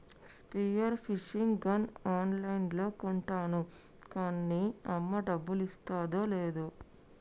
spear fishing gun on లైన్లో కొంటాను కాన్నీ అమ్మ డబ్బులిస్తాదో లేదో